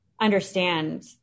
understand